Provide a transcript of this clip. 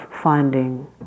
finding